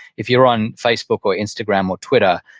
if you're on facebook or instagram or twitter,